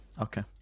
okay